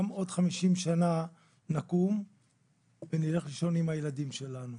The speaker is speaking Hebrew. גם עוד 50 שנה נקום ונלך לישון עם הילדים שלנו,